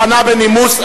פנה בנימוס,